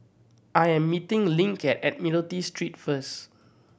I am meeting Link at Admiralty Street first